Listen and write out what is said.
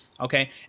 Okay